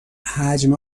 حجم